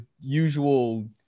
usual